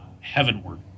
heavenward